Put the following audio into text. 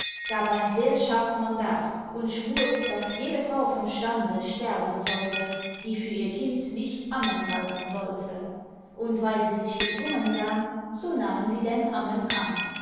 gab ein sehr scharf mandat und schwur daß jede frau vom stande sterben sollte die für ihr kind nicht ammen halten wollte und weil sie sich gezwungen sahn so nahmen sie denn ammen an